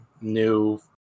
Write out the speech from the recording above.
new